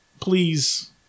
please